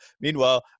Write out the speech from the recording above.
Meanwhile